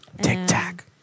Tic-tac